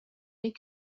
n’est